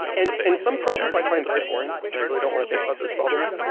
and and some problems i find very boring and i really don't want to think about those problems.